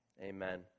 amen